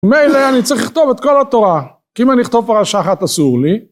מילא אני צריך לכתוב את כל התורה כי אם אני אכתוב פרשה אחת אסור לי